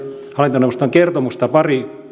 hallintoneuvoston kertomuksesta